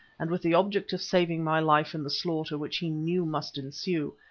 and with the object of saving my life in the slaughter which he knew must ensue,